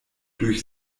durch